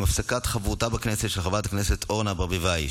עם הפסקת חברותה בכנסת של חברת הכנסת אורנה ברביבאי,